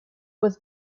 was